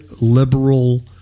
liberal